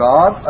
God